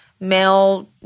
male